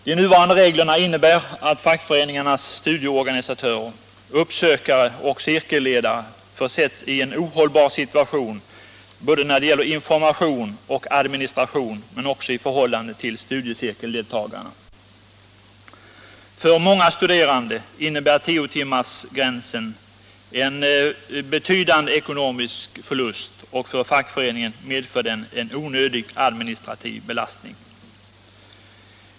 De nuvarande reglerna innebär att fackföreningarnas studieorganisatörer, uppsökare och cirkelledare försätts i en ohållbar situation när det gäller både information och administration men också i förhållande till studiecirkeldeltagarna. För många studerande innebär tiotimmarsgränsen en betydande ekonomisk förlust, och för fackföreningen medför den en onödig administrativ belastning.